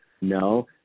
no